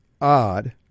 odd